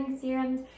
serums